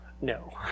no